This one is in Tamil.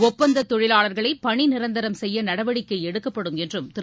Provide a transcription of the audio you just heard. ஒப்பந்தத் தொழிவாளர்களை பணிநிரந்தரம் செய்ய நடவடிக்கை எடுக்கப்படும் என்றும் திரு